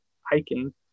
hiking